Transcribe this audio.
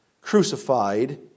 crucified